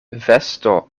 vesto